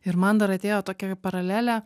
ir man dar atėjo tokia paralelė